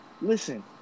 Listen